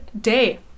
day